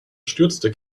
stürzte